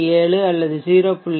7 அல்லது 0